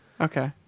okay